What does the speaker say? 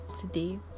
today